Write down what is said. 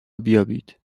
بیابید